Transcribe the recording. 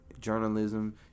Journalism